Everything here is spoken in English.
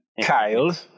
Kyle